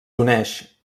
uneix